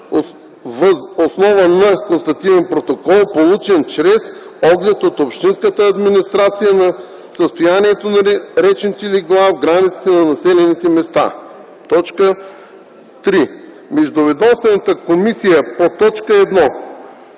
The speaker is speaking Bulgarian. въз основа на констативен протокол, получен чрез оглед от общинската администрация на състоянието на речните легла в границите на населените места; 3. междуведомствената комисия по т. 1: